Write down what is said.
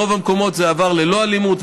ברוב המקומות זה עבר ללא אלימות,